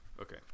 okay